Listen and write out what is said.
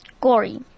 gory